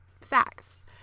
facts